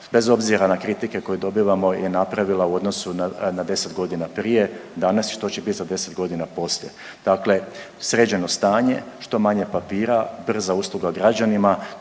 bez obzira na kritike koje dobivamo je napravila u odnosu na 10 godina prije, danas što će biti za 10 godina poslije. Dakle, sređeno stanje, što manje papira, brza usluga građanima.